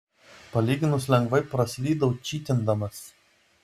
palyginus lengvai praslydau čytindamas